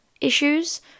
issues